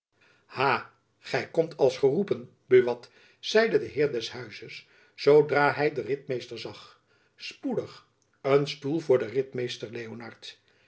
gy komt als geroepen buat zeide de heer jacob van lennep elizabeth musch des huizes zoodra hy den ritmeester zag spoedig een stoel voor den ritmeester leonard